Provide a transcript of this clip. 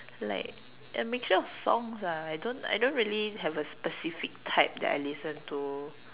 like a mixture of songs lah I don't I don't really have a specific type that I listen to